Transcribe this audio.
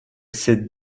sit